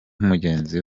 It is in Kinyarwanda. mugenzi